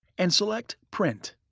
and select print.